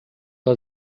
war